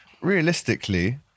realistically